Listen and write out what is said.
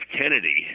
Kennedy